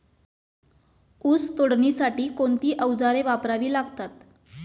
ऊस तोडणीसाठी कोणती अवजारे वापरावी लागतात?